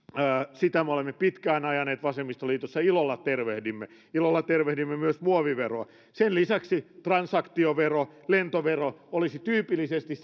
sitä me olemme pitkään ajaneet vasemmistoliitossa ja ilolla tervehdimme ilolla tervehdimme myös muoviveroa sen lisäksi transaktiovero ja lentovero olisivat tyypillisesti